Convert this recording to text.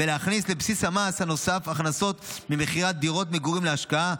ולהכניס לבסיס המס הנוסף הכנסות ממכירת דירות מגורים להשקעה.